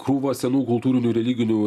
krūva senų kultūrinių religinių